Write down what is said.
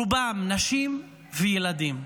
רובם נשים וילדים.